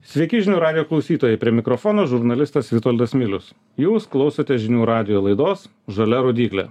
sveiki žinių radijo klausytojai prie mikrofono žurnalistas vitoldas milius jūs klausote žinių radijo laidos žalia rodyklė